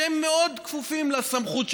והם מאוד כפופים לסמכות שלו,